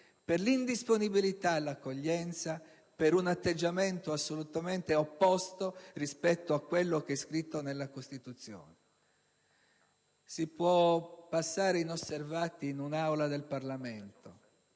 per l'indisponibilità all'accoglienza, per un atteggiamento assolutamente opposto rispetto a quello che è previsto nella Costituzione. Si può passare inosservati in un'Aula del Parlamento,